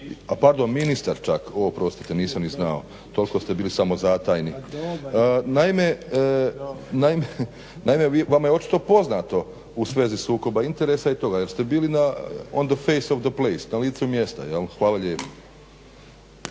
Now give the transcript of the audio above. pardon ministar čak. O oprostite, nisam ni znao. Toliko ste bili samozatajni. Naime, vama je očito poznato u svezi sukoba interesa i toga jer ste bili na on the face of the place – na licu mjesta. Hvala lijepo.